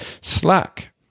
Slack